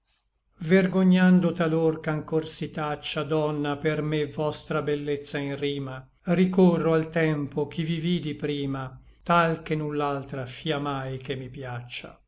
vergognando talor ch'ancor si taccia donna per me vostra bellezza in rima ricorro al tempo ch'i vi vidi prima tal che null'altra fia mai che mi piaccia